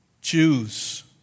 Jews